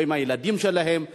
לא עם הילדים שלהם.